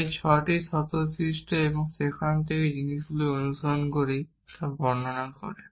যা এই ছয়টি স্বতঃসিদ্ধ এবং সেখান থেকে আমরা যে জিনিসগুলি অনুসরণ করি তা বর্ণনা করে